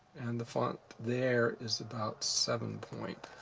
and the font there is about seven points.